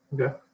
Okay